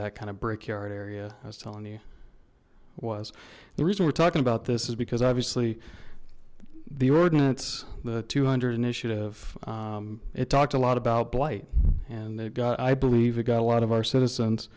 that kind of brickyard area i was telling you was the reason we're talking about this is because obviously the ordinance the two hundred initiative it talked a lot about blight and they've got i believe it got a lot of our citizens